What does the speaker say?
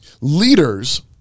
Leaders